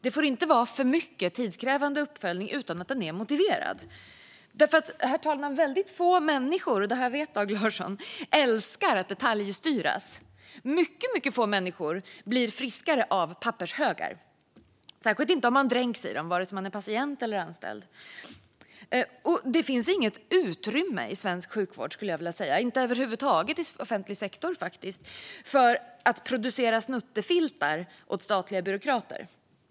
Det får inte vara för mycket tidskrävande uppföljning utan att den är motiverad. Väldigt få människor älskar nämligen att detaljstyras, herr talman, och detta vet Dag Larsson. Mycket få människor blir friskare av pappershögar, särskilt inte om de dränks i dem, och det gäller vare sig man är patient eller anställd. Jag skulle vilja säga att det inte finns något utrymme i svensk sjukvård, och faktiskt inte över huvud taget i offentlig sektor, för att producera snuttefiltar åt statliga byråkrater.